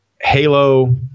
Halo